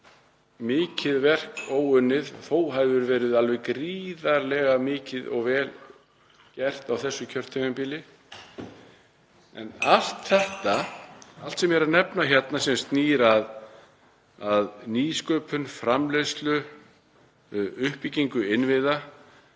mikið verk óunnið. Þó hefur verið alveg gríðarlega mikið og vel gert á þessu kjörtímabili. En allt sem ég er að nefna hérna, sem snýr að nýsköpun, framleiðslu og uppbyggingu innviða,